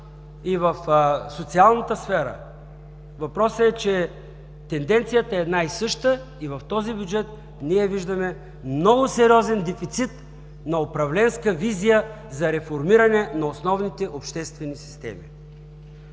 и в социалната сфера. Въпросът е, че тенденцията е една и съща и в този бюджет ние виждаме много сериозен дефицит на управленска визия за реформиране на основните обществени системи.